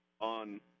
on